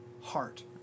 heart